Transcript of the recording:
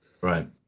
Right